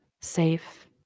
safe